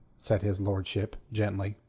said his lordship gently.